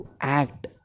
act